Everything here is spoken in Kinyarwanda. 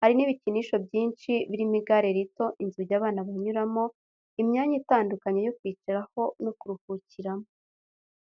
Hari n’ibikinisho byinshi birimo igare rito inzugi abana banyuramo Imyanya itandukanye yo kwicaraho no kuruhukiramo.